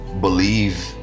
believe